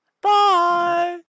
Bye